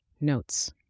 Notes